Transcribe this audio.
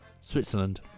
Switzerland